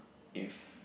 if